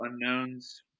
unknowns